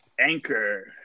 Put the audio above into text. anchor